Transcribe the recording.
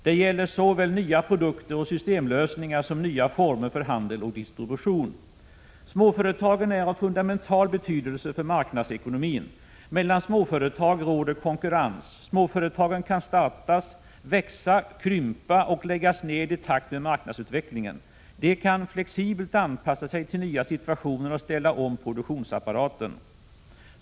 Det gäller såväl nya produkter och systemlösningar som nya former för handel och distribution. Småföretagen är av fundamental betydelse för marknadsekonomin. Mellan småföretag råder konkurrens. Småföretagen kan startas, växa, krympa och läggas ner i takt med marknadsutvecklingen. De kan flexibelt anpassa sig till nya situationer och ställa om produktionsapparaten.